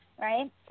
right